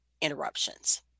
interruptions